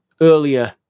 earlier